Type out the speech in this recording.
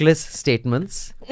statements